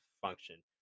function